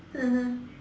mmhmm